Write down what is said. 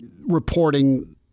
reporting